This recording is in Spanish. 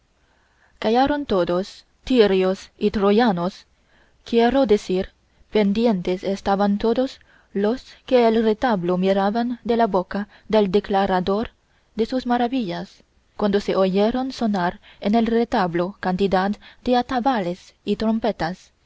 callaron todos tirios y troyanos quiero decir pendientes estaban todos los que el retablo miraban de la boca del declarador de sus maravillas cuando se oyeron sonar en el retablo cantidad de atabales y trompetas